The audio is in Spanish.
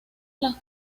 las